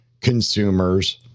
consumers